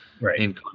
Right